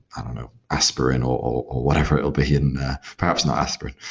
i don't know, aspirin or or whatever it will be, and perhaps not aspirin.